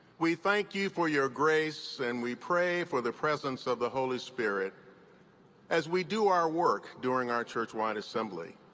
we thank you for your grace and we pray for the presence of the holy spirit as we do our work during our churchwide assembly.